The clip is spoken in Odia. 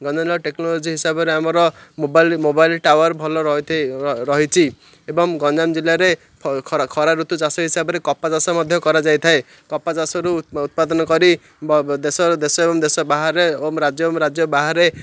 ଗଞ୍ଜାମ ଟେକ୍ନୋଲୋଜି ହିସାବରେ ଆମର ମୋବାଇଲ ମୋବାଇଲ ଟାୱାର ଭଲ ରହିଥାଏ ରହିଛି ଏବଂ ଗଞ୍ଜାମ ଜିଲ୍ଲାରେ ଖରା ଋତୁ ଚାଷ ହିସାବରେ କପା ଚାଷ ମଧ୍ୟ କରାଯାଇଥାଏ କପା ଚାଷରୁ ଉତ୍ପାଦନ କରି ଦେଶ ଦେଶ ଏବଂ ଦେଶ ବାହାରେ ଏବଂ ରାଜ୍ୟ ଏବଂ ରାଜ୍ୟ ବାହାରେ